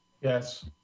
Yes